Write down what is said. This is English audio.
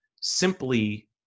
simply